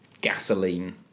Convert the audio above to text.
gasoline